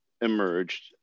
emerged